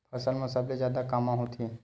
फसल मा सबले जादा कामा होथे?